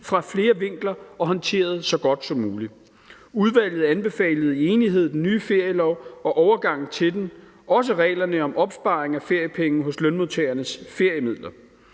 fra flere vinkler og håndteret så godt som muligt. Udvalget anbefalede i enighed den nye ferielov og overgangen til den, også reglerne om opsparing af feriepenge hos Lønmodtagernes Feriemidler.